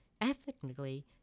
Ethnically